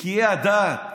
נקיי הדעת,